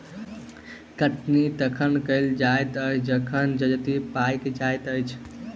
कटनी तखन कयल जाइत अछि जखन जजति पाकि जाइत अछि